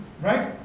right